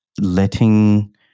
letting